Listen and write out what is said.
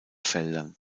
feldern